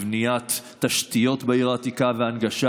בבניית תשתיות בעיר העתיקה ובהנגשה